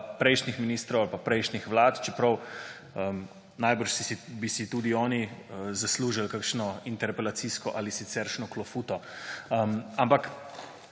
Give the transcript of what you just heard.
prejšnjih ministrov ali pa prejšnjih vlad, čeprav bi si najbrž tudi oni zaslužili kakšno interpelacijsko ali siceršnjo klofuto. Ampak